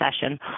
session